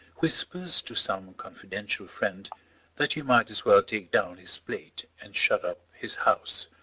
whispers to some confidential friend that he might as well take down his plate and shut up his house.